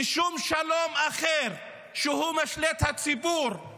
ושום שלום אחר שהוא משלה את הציבור עם